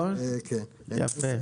יפה.